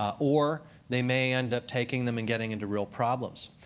or they may end up taking them and getting into real problems.